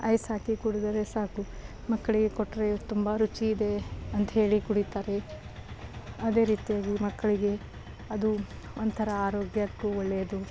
ice ಹಾಕಿ ಕುಡಿದರೆ ಸಾಕು ಮಕ್ಕಳಿಗೆ ಕೊಟ್ಟರೆ ತುಂಬ ರುಚಿಯಿದೆ ಅಂತ ಹೇಳಿ ಕುಡಿತಾರೆ ಅದೇ ರೀತಿಯಾಗಿ ಮಕ್ಕಳಿಗೆ ಅದು ಒಂಥರ ಆರೋಗ್ಯಕ್ಕೂ ಒಳ್ಳೆಯದು